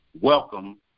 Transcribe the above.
Welcome